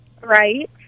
right